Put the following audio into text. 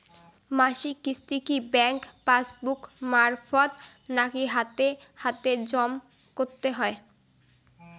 মাসিক কিস্তি কি ব্যাংক পাসবুক মারফত নাকি হাতে হাতেজম করতে হয়?